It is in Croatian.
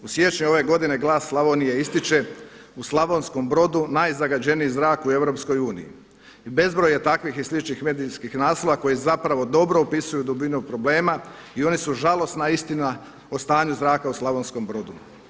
U siječnju ove godine Glas Slavonije ističe „U Slavonskom Brodu najzagađeniji zrak u EU“ i bezbroj je takvih i sličnih medijskih naslova koji zapravo dobro opisuju dubinu problema i oni su žalosna istina o stanju zraka u Slavonskom Brodu.